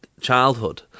childhood